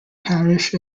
parish